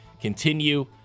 continue